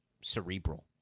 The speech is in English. cerebral